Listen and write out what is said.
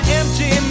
empty